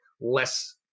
less